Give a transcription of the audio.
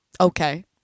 Okay